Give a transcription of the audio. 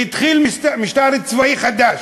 והתחיל משטר צבאי חדש,